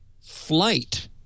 flight